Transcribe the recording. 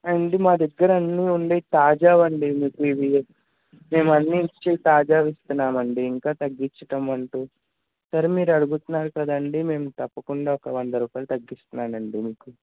ఎండి మాదగ్గర అన్ని ఉండి తాజావండి మీ మీవి మేమన్నీ ఇచ్చేవి తాజా విస్తన్నామండి ఇంకా తగ్గిచ్చటమంటే సరే మీరు అడుగుతున్నారు కదండి మేము తప్పకుండా ఒక వంద రూపాయలు తగ్గిస్తాను అండి మీకు